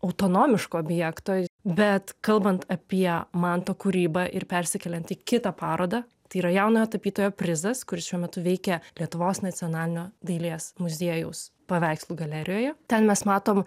autonomiško objekto bet kalbant apie manto kūrybą ir persikeliant į kitą parodą tai yra jaunojo tapytojo prizas kuris šiuo metu veikia lietuvos nacionalinio dailės muziejaus paveikslų galerijoje ten mes matom